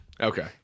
Okay